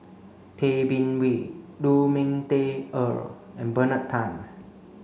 Tay Bin Wee Lu Ming Teh Earl and Bernard Tan